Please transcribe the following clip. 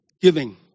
giving